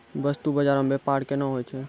बस्तु बजारो मे व्यपार केना होय छै?